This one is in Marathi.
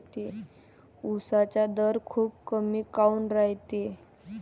उसाचा दर खूप कमी काऊन रायते?